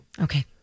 Okay